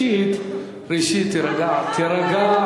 אף אחד, ראשית, תירגע מעט,